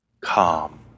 calm